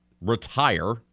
retire